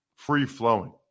Free-flowing